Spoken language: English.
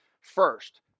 first